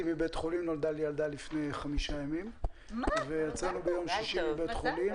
נולדה לי ילדה לפני חמישה ימים ויצאנו ביום שישי מבית החולים.